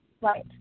Right